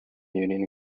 union